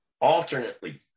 alternately